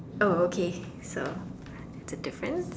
oh okay so that's a different